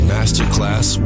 Masterclass